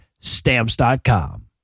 stamps.com